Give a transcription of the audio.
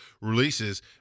releases